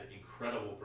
incredible